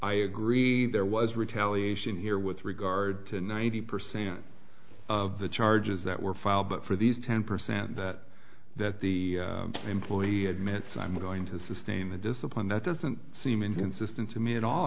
i agree there was retaliation here with regard to ninety percent of the charges that were filed but for these ten percent that the employee admits i'm going to sustain the discipline that doesn't seem inconsistent to me at all i